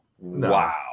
Wow